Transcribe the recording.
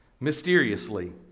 mysteriously